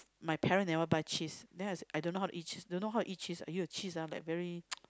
my parents never buy cheese then I I don't know how to eat cheese I don't know how to eat cheese !aiyo! cheese ah like very